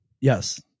Yes